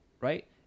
right